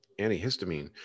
antihistamine